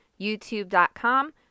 youtube.com